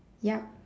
ya